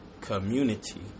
Community